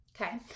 okay